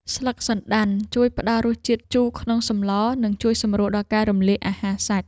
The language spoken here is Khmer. ស្លឹកសណ្តាន់ជួយផ្តល់រសជាតិជូរក្នុងសម្ល និងជួយសម្រួលដល់ការរំលាយអាហារសាច់។